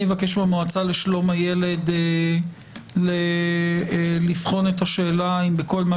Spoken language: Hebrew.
אני מבקש מהמועצה לשלום הילד לבחון את השאלה אם בכל מה